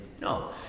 no